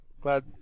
glad